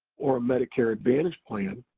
or medicare advantage plan,